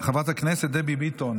חברת הכנסת דבי ביטון,